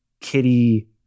kitty